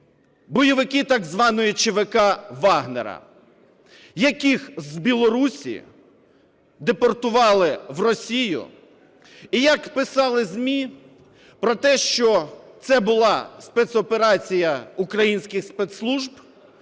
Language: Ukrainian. бойовики так званої ЧВК Вагнера, яких з Білорусії депортували в Росію, і як писали ЗМІ про те, що це була спецоперація українських спецслужб,